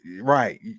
right